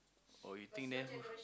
or you think then